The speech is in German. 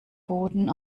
boden